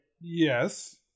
Yes